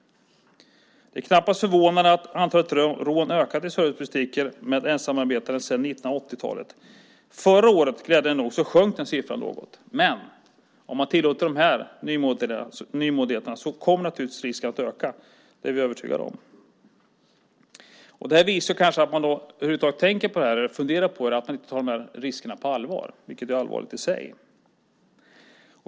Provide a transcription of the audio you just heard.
Det är knappast förvånande att antalet rån har ökat i servicebutiker med ensamarbetande sedan 1980-talet. Förra året minskade glädjande nog detta antal. Men om man tillåter dessa nymodigheter kommer naturligtvis risken att öka. Det är vi övertygade om. Detta visar att man kanske inte tar dessa risker på allvar om man över huvud taget tänker på detta, vilket är allvarligt i sig.